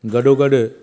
गॾोगॾु